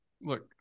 Look